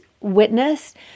witnessed